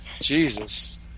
Jesus